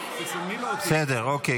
תודה.